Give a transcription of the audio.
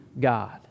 God